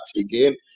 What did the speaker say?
again